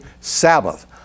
Sabbath